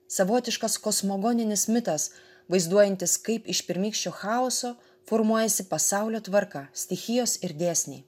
savotiškas kosmogoninis mitas vaizduojantis kaip iš pirmykščio chaoso formuojasi pasaulio tvarka stichijos ir dėsniai